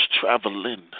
traveling